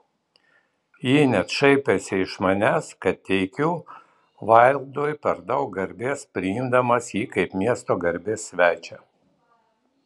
ji net šaipėsi iš manęs kad teikiu vaildui per daug garbės priimdamas jį kaip miesto garbės svečią